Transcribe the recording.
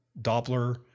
Doppler